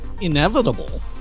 inevitable